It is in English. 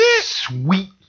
sweet